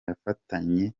yafatanyije